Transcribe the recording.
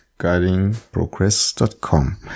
guidingprogress.com